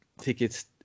tickets